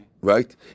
Right